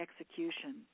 execution